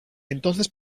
entonces